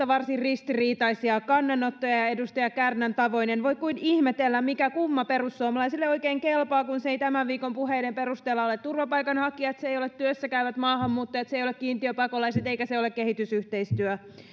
varsin ristiriitaisia kannanottoja ja edustaja kärnän tavoin en voi kuin ihmetellä mikä kumma perussuomalaisille oikein kelpaa kun se ei tämän viikon puheiden perusteella ole turvapaikanhakijat se ei ole työssäkäyvät maahanmuuttajat se ei ole kiintiöpakolaiset eikä se ole kehitysyhteistyö